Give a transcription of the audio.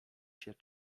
się